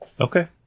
Okay